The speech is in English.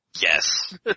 Yes